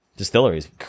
distilleries